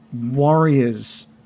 warriors